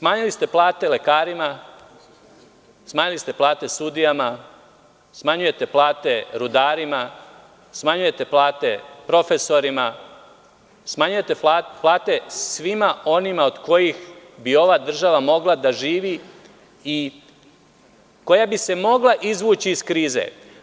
Smanjili ste plate lekarima, smanjili ste plate sudijama, smanjujete plate rudarima, smanjujete plate profesorima, smanjujete plate svima onima od kojih bi ova država mogla da živi i od kojih bi se mogla izvući iz krize.